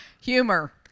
Humor